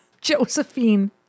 Josephine